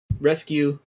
rescue